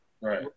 right